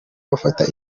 bafata